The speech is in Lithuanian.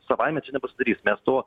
savaime čia nepasidarys mes to